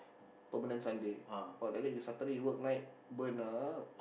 permanent Sunday or like that you Saturday you work night burn ah